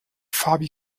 fabi